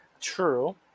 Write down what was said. True